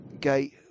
gate